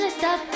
stop